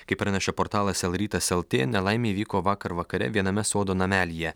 kaip praneša portalas lrytas lt nelaimė įvyko vakar vakare viename sodo namelyje